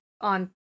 on